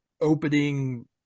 opening